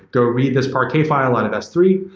go read this parquet file out of s three.